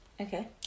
okay